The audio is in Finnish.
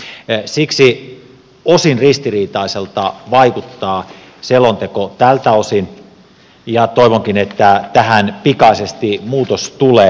siksi osin ristiriitaiselta vaikuttaa selonteko tältä osin ja toivonkin että tähän pikaisesti muutos tulee